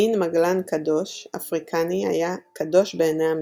המין מגלן קדוש אפריקני היה קדוש בעיני המצרים,